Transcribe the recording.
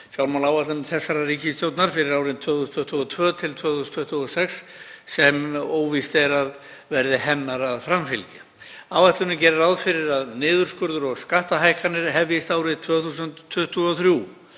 fjármálaáætlun þessarar ríkisstjórnar fyrir árin 2022–2026 sem óvíst er að verði hennar að framfylgja. Áætlunin gerir ráð fyrir að niðurskurður og skattahækkanir hefjist árið 2023